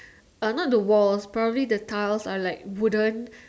uh not the walls probably the tiles are like wooden